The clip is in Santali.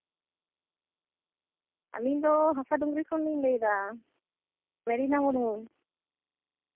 ᱟᱹᱞᱤᱧ ᱫᱚ ᱦᱟᱥᱟ ᱰᱩᱝᱨᱤ ᱠᱷᱚᱱᱞᱤᱧ ᱞᱟᱹᱭ ᱮᱫᱟ ᱢᱮᱨᱤᱱᱟ ᱢᱩᱨᱢᱩ